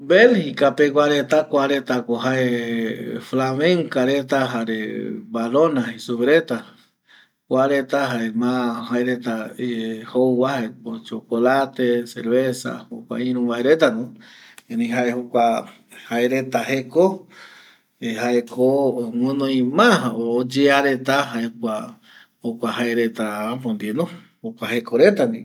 Belgica pegua reta kua retako jae flamenka reta jare balona jei supe reta kuareta jae ma jouva jaeko chokolate, cerveza jokua iruva reta ndie erei jae jokua jaereta jeko jaeko guɨnoi ma oyeareta jae kua jokua jaereta äpo ndieno jokua jeko reta ndie